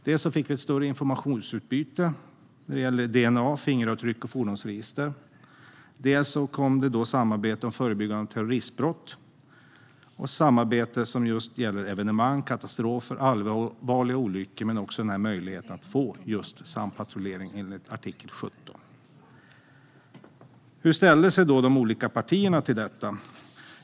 Dels fick vi ett större informationsutbyte gällande DNA, fingeravtryck och fordonsregister, dels fick vi ett samarbete om förebyggande av terroristbrott och samarbeten som gäller evenemang, katastrofer och allvarliga olyckor. Men vi fick också möjligheten till sampatrullering enligt artikel 17. Hur ställde sig då de olika partierna till detta?